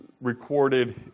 recorded